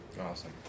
Awesome